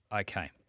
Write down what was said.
Okay